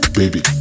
baby